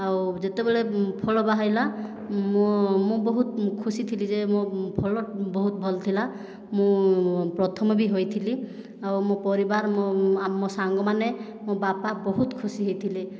ଆଉ ଯେତେବେଳେ ଫଳ ବାହାରିଲା ମୋ ମୁଁ ବହୁତ ଖୁସି ଥିଲି ଯେ ମୋ ଫଳ ବହୁତ ଭଲ ଥିଲା ମୁଁ ପ୍ରଥମ ବି ହୋଇଥିଲି ଆଉ ମୋ ପରିବାର ମୋ ମୋ ସାଙ୍ଗମାନେ ମୋ ବାପା ବହୁତ ଖୁସି ହୋଇଥିଲେ